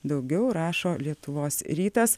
daugiau rašo lietuvos rytas